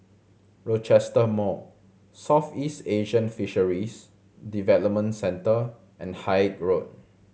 Rochester Mall Southeast Asian Fisheries Development Centre and Haig Road